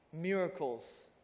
miracles